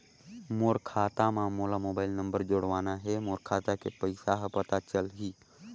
मोर खाता मां मोला मोबाइल नंबर जोड़वाना हे मोर खाता के पइसा ह पता चलाही?